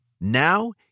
Now